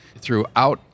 throughout